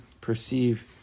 perceive